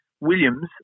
Williams